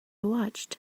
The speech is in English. watched